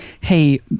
hey